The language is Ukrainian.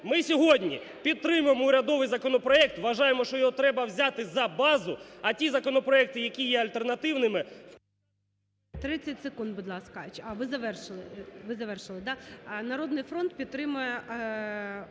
ми сьогодні підтримуємо урядовий законопроект, вважаємо, що його треба взяти за базу, а ті законопроекти, які є альтернативними… ГОЛОВУЮЧИЙ. 30 секунд, будь ласка. А, ви завершили, так? "Народний фронт" підтримує